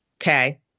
okay